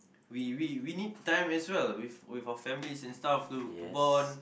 we we we need time as well with with our families and stuff to bond